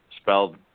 spelled